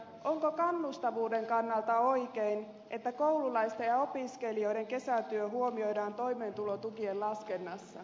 onko kannustavuuden kannalta oikein että koululaisten ja opiskelijoiden kesätyö huomioidaan toimeentulotukien laskennassa